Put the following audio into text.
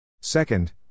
Second